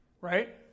right